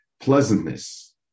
pleasantness